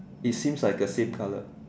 it seems like a same colour